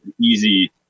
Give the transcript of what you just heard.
easy